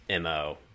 mo